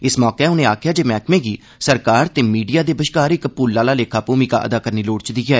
इस मौके उनें आखेआ जे मैह्कमे गी सरकार ते मीडिया बश्कार इक पुल आह्ला लेखा भूमिका अदा करनी लोड़चदी ऐ